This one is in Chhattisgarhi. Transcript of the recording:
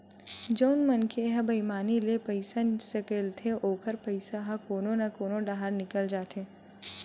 जउन मनखे ह बईमानी ले पइसा सकलथे ओखर पइसा ह कोनो न कोनो डाहर निकल जाथे